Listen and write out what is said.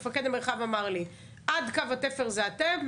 מפקד המרחב אמר לי, שעד קו התפר זה אתם.